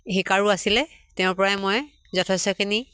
শিকাৰো আছিলে তেওঁৰ পৰাই মই যথেষ্টখিনি